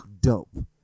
dope